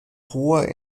hoher